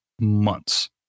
months